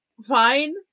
fine